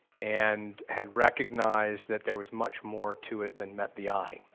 and had recognized that there was much more to it than met the eye,